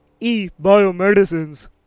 eBiomedicines